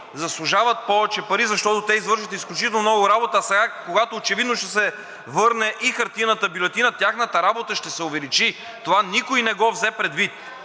заслужават повече пари, защото те извършват изключително много работа, а сега, когато очевидно ще се върне и хартиената бюлетина, тяхната работа ще се увеличи. Това никой не го взе предвид.